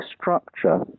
structure